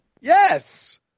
Yes